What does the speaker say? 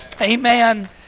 Amen